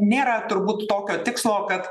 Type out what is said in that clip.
nėra turbūt tokio tikslo kad